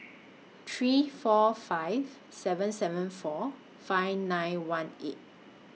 three four five seven seven four five nine one eight